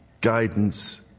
guidance